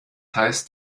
heißt